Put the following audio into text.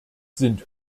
sind